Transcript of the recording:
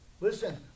Listen